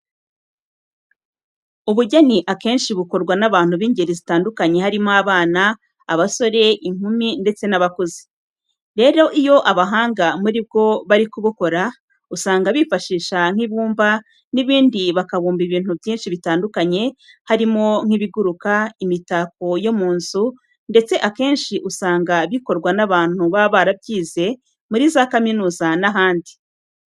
Ubugeni akenshi bukorwa n'abantu b'ingeri zitandukanye harimo abana, abasore, inkumi ndetse n'abakuze. Rero iyo abahanga muri bwo bari kubukora, usanga bifashisha nk'ibumba n'ibindi bakabumba ibintu byinshi bitandukanye harimo nk'ibiguruka, imitako yo mu nzu ndetse akenshi usanga bikorwa n'abantu baba barabyigiye muri za kaminuza n'ahandi.